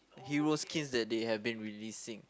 hero skins that they had been releasing